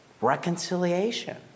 reconciliation